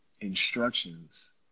instructions